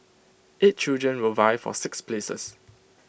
eight children will vie for six places